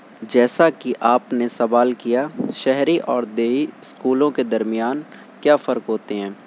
جیسا کہ آپ نے سوال کیا شہری اور دیہی اسکولوں کے درمیان کیا فرق ہوتے ہیں